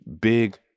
big